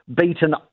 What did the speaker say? beaten